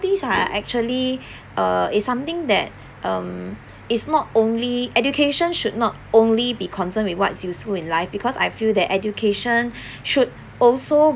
these are actually uh it's something that um is not only education should not only be concerned with what's useful in life because I feel that education should also